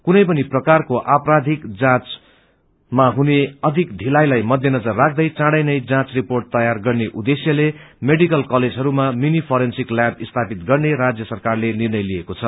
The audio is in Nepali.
कुनै पनि प्रकारको आपराधिक जाँचमा हुने अधिक विलम्बलाई मध्य नजर राख्दै चाड़ैनै जाँच रिर्पोट तैयार गर्ने उद्देश्यले मेडिकल कलेजहरूमा मिनी फोरेन्सिक ल्याब स्थापित गर्ने राज्य सरकारले निर्णय लिएको छ